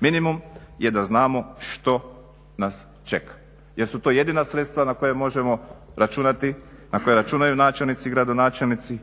Minimum je da znamo što nas čeka jer su to jedina sredstva na koja možemo računati, na koja računaju načelnici, gradonačelnici